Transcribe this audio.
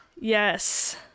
Yes